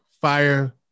fire